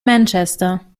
manchester